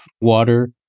water